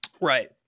Right